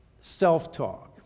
Self-talk